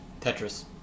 Tetris